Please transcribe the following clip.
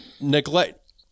neglect